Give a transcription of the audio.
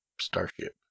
starship